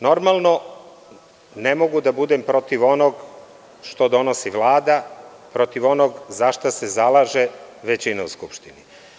Normalno, ne mogu da budem protiv onog što donosi Vlada, protiv onog za šta se zalaže većina u Skupštini.